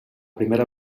primera